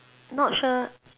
not sure